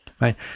Right